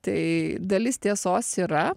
tai dalis tiesos yra